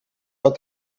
what